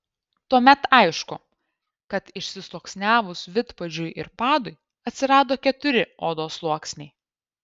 tuomet aišku kad išsisluoksniavus vidpadžiui ir padui atsirado keturi odos sluoksniai